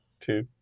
two